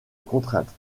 contrainte